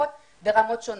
ברמות שונות.